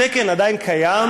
התקן עדיין קיים,